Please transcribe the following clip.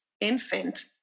infant